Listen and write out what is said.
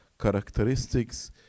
characteristics